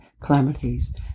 calamities